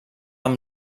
amb